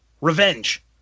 Revenge